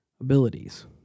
abilities